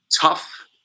tough